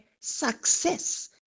success